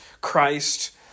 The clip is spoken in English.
Christ